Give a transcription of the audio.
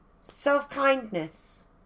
self-kindness